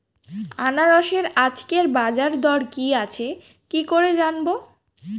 আনারসের আজকের বাজার দর কি আছে কি করে জানবো?